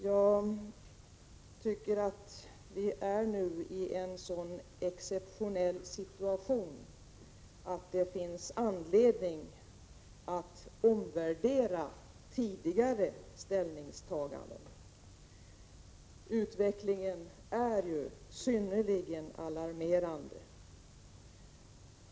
Situationen är nu så exceptionell att det finns anledning att omvärdera tidigare ställningstaganden — utvecklingen är ju synnerligen alarmerande.